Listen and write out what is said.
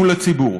מול הציבור.